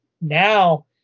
now